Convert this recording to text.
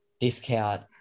discount